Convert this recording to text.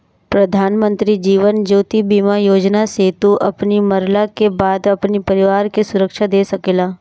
प्रधानमंत्री जीवन ज्योति बीमा योजना से तू अपनी मरला के बाद अपनी परिवार के सुरक्षा दे सकेला